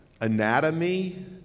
anatomy